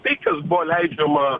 tai kas buvo leidžiama